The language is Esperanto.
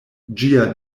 ĝia